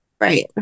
Right